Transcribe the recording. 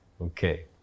Okay